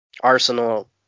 Arsenal